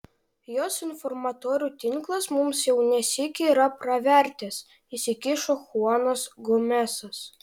jos informatorių tinklas mums jau ne sykį yra pravertęs įsikišo chuanas gomesas